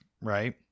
right